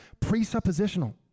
presuppositional